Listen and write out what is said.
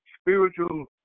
spiritual